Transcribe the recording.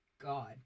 God